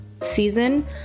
season